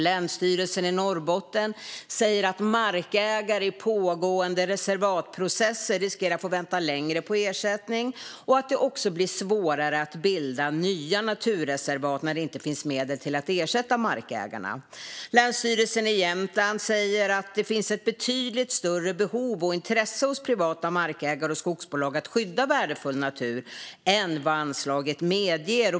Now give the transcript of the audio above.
Länsstyrelsen i Norrbotten säger att markägare i pågående reservatprocesser riskerar att få vänta längre på ersättning och att det också blir svårare att bilda nya naturreservat när det inte finns medel till att ersätta markägarna. Länsstyrelsen i Jämtland säger att det finns ett betydligt större behov och intresse hos privata markägare och skogsbolag av att skydda värdefull natur än vad anslaget medger.